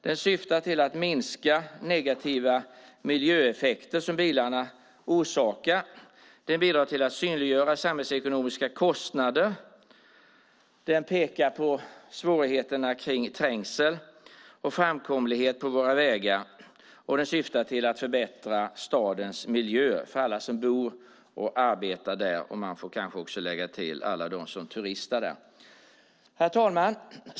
Den syftar till att minska negativa miljöeffekter som bilarna orsakar. Den bidrar till att synliggöra samhällsekonomiska kostnader. Den pekar på svårigheterna kring trängsel och framkomlighet på våra vägar. Den syftar till att förbättra stadens miljö för alla som bor och arbetar där, och för alla dem som turistar där, får man kanske lägga till. Herr talman!